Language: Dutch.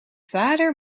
vader